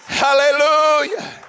Hallelujah